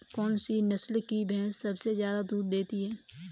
कौन सी नस्ल की भैंस सबसे ज्यादा दूध देती है?